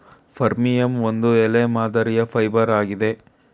ಫರ್ಮಿಯಂ ಒಂದು ಎಲೆ ಮಾದರಿಯ ಫೈಬರ್ ಆಗಿದೆ